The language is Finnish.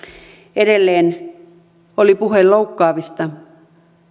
edelleen oli puhe loukkaavasta